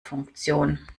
funktion